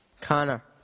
Connor